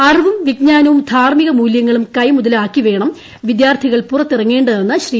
അറിവും വിജ്ഞാനവും ധാർമിക മൂലൃങ്ങളും കൈമുതലാക്കിയാവണം വിദ്യാർത്ഥികൾ പുറത്തിറങ്ങേണ്ടതെന്ന് ശ്രീ